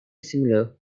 similar